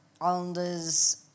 Islanders